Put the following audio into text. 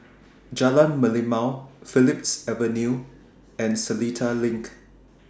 Jalan Merlimau Phillips Avenue and Seletar LINK